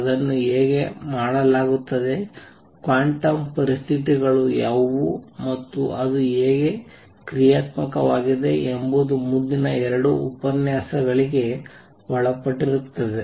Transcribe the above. ಅದನ್ನು ಹೇಗೆ ಮಾಡಲಾಗುತ್ತದೆ ಕ್ವಾಂಟಮ್ ಪರಿಸ್ಥಿತಿಗಳು ಯಾವುವು ಮತ್ತು ಅದು ಹೇಗೆ ಕ್ರಿಯಾತ್ಮಕವಾಗಿದೆ ಎಂಬುದು ಮುಂದಿನ ಎರಡು ಉಪನ್ಯಾಸಗಳಿಗೆ ಒಳಪಟ್ಟಿರುತ್ತದೆ